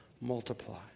multiply